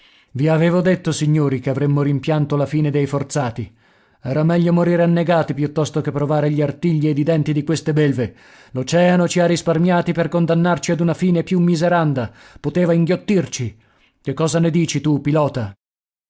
i avevo detto signori che avremmo rimpianto la fine dei forzati era meglio morire annegati piuttosto che provare gli artigli ed i denti di queste belve l'oceano ci ha risparmiati per condannarci ad una fine più miseranda poteva inghiottirci che cosa ne dici tu pilota